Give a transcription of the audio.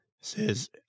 says